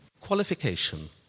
Qualification